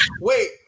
wait